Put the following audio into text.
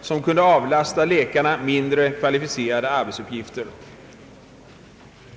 som kunde avlasta läkarna mindre kvalificerade arbetsuppgifter.